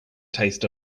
taste